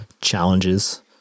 challenges